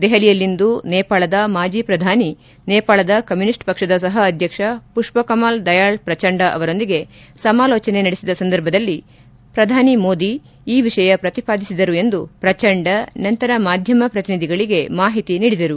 ದೆಹಲಿಯಲ್ಲಿಂದು ನೇಪಾಳದ ಮಾಜಿ ಪ್ರಧಾನಿ ನೇಪಾಳದ ಕಮ್ಖುನಿಸ್ಟ್ ಪಕ್ಷದ ಸಹ ಅಧ್ಯಕ್ಷ ಪುಷ್ವಕಮಲ್ ದಯಾಳ್ ಪ್ರಚಂಡ ಅವರೊಂದಿಗೆ ಸಮಾಲೋಚನೆ ನಡೆಸಿದ ಸಂದರ್ಭದಲ್ಲಿ ಪ್ರಧಾನಮಂತ್ರಿ ನರೇಂದ್ರ ಮೋದಿ ಈ ವಿಷಯ ಪ್ರತಿಪಾದಿಸಿದರು ಎಂದು ಪ್ರಚಂಡ ನಂತರ ಮಾಧ್ಯಮ ಪ್ರತಿನಿಧಿಗಳಿಗೆ ಮಾಹಿತಿ ನೀಡಿದರು